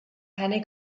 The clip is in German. keine